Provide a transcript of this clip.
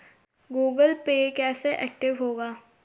Google Pay कैसे active होगा?